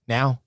Now